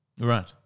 Right